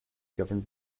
governed